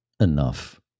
enough